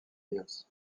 hills